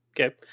Okay